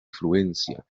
influencia